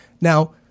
Now